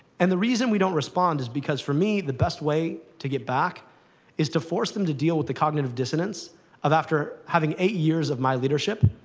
and the reason we don't respond is because, for me, the best way to get back is to force them to deal with the cognitive dissonance of, after having eight years of my leadership,